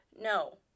no